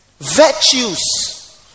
Virtues